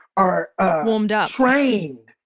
are warmed up trained.